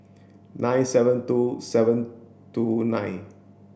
nine seven two seven two nine